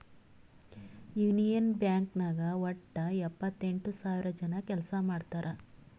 union Bank ನಾಗ್ ವಟ್ಟ ಎಪ್ಪತ್ತೆಂಟು ಸಾವಿರ ಜನ ಕೆಲ್ಸಾ ಮಾಡ್ತಾರ್